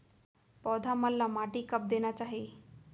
पौधा मन ला माटी कब देना चाही?